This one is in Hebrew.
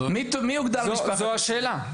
זו השאלה.